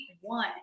one